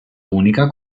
unica